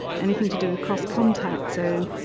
anything to do with cross contact. so,